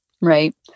right